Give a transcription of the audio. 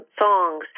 songs